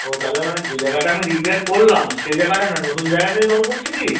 ও তাহলে মানে যে জায়গাটা আমি রিপেয়ার করলাম সে জায়গাটা না নতুন জায়গাটায় জল পড়ছে কি